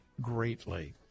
greatly